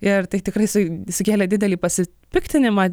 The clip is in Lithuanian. ir tai tikrai su sukėlė didelį pasipiktinimą